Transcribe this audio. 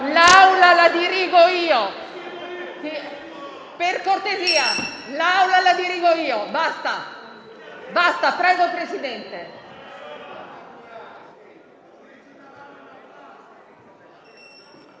L'Aula la dirigo io. Per cortesia, l'Aula la dirigo io. Basta. Prego, presidente